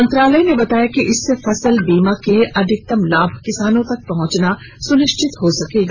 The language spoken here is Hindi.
मंत्रालय ने बताया कि इससे फसल बीमा के अधिकतम लाभ किसानों तक पहुंचाना सुनिश्चित होगा